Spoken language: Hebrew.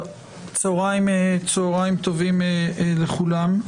צהריים טובים לכולם.